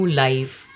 life